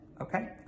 Okay